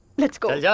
let's go yeah